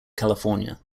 california